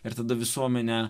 ir tada visuomenę